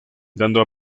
dando